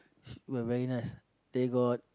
but very nice they got